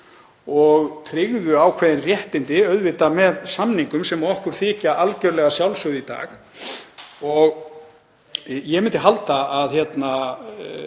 og tryggðu ákveðin réttindi, auðvitað með samningum, sem okkur þykja algjörlega sjálfsögð í dag. Ég myndi halda að við